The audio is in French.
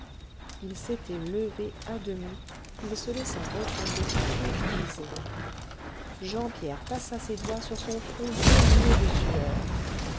il s'était levé à demi il se laissa retomber épuisé jean pierre passa ses doigts sur son front baigné de sueur